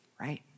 right